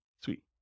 Sweet